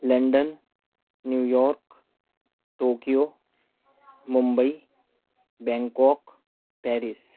London New York Tokyo Mumbai Bangkok Paris